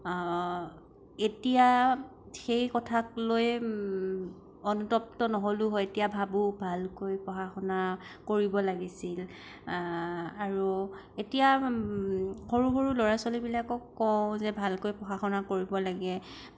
এতিয়া সেই কথাক লৈয়ে অনুতপ্ত নহ'লো হয় এতিয়া ভাবোঁ ভালকৈ পঢ়া শুনা কৰিব লাগিছিল আৰু এতিয়া সৰু সৰু ল'ৰা ছোৱালীবিলাকক কওঁ যে ভালকৈ পঢ়া শুনা কৰিব লাগে